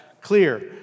clear